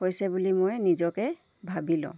হৈছে বুলি মই নিজকে ভাবি লওঁ